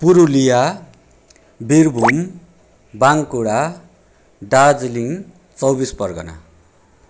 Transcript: Purulia Birbhum Bankura Darjeeling Chobbis Pargana